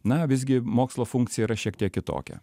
na visgi mokslo funkcija yra šiek tiek kitokia